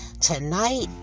Tonight